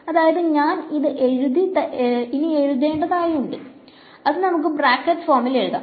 അതായത് ഞാൻ ഇത് ഇനി എഴുതേണ്ടതായി ഉണ്ട് അത് നമുക്ക് ബ്രാക്കറ്റ് ഫോമിൽ എഴുതാം